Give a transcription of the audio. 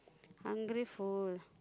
ungrateful